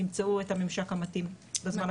ימצאו את הממשק המתאים בזמן הקרוב.